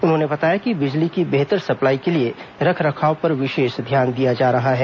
उन्होंने बताया कि बिजली की बेहतर सप्लाई के लिए रखरखाव पर विशेष ध्यान दिया जा रहा है